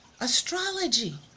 astrology